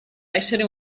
essere